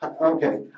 Okay